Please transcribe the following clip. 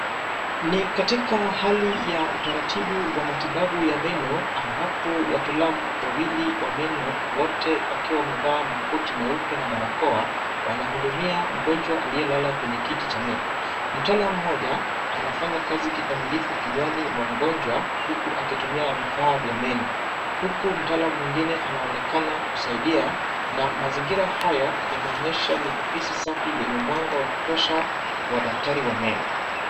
Ni katika hali ya utaratibu wa matibabu ya meno ambapo wataalamu wawili wa meno, wote wakiwa wamevaa makoti meupe na barakoa, wanahudumia mgonjwa aliyelala kwenye kiti cha meno. Mtaalamu mmoja anafanya kazi kikamilifu kinywani mwa mgonjwa, huku akitumia vifaa vya meno. Huku mtaalamu mwingine anaonekana kusaidia na mazingira haya yanaonyesha ni ofisi safi yenye mwanga wa kutosha wa daktari wa meno.